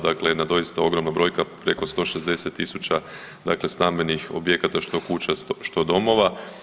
Dakle, jedna doista ogromna brojka preko 160.000 dakle stambenih objekata što kuća, što domova.